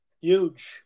Huge